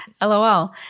LOL